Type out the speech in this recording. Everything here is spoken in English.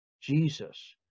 Jesus